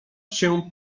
się